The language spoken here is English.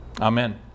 Amen